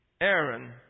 Aaron